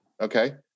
okay